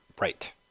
Right